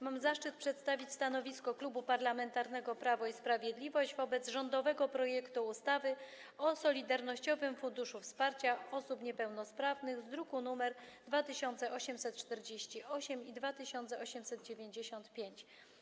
Mam zaszczyt przedstawić stanowisko Klubu Parlamentarnego Prawo i Sprawiedliwość wobec rządowego projektu ustawy o Solidarnościowym Funduszu Wsparcia Osób Niepełnosprawnych, druki nr 2848 i 2895.